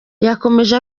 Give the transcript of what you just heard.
yakomeje